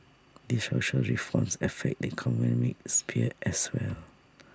these social reforms affect the economic sphere as well